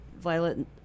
violet